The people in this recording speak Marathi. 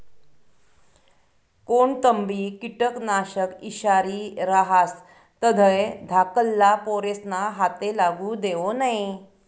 कोणतंबी किटकनाशक ईषारी रहास तधय धाकल्ला पोरेस्ना हाते लागू देवो नै